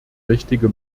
richtige